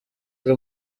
kuri